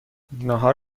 نهار